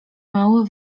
mały